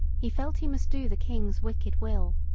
he felt he must do the king's wicked will,